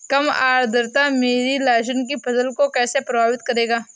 कम आर्द्रता मेरी लहसुन की फसल को कैसे प्रभावित करेगा?